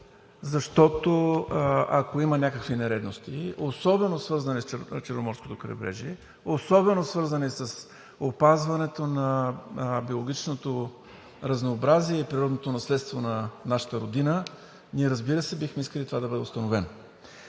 защото ако има някакви нередности, особено свързани с Черноморското крайбрежие, особено свързани с опазването на биологичното разнообразие и природното наследство на нашата Родина, ние, разбира се, бихме искали това да бъде установено.